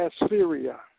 Assyria